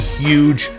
huge